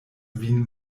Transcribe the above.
vin